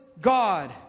God